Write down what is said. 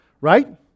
Right